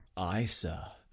ay, sir.